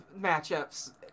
matchups